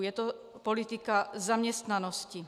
Je to politika zaměstnanosti.